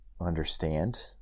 understand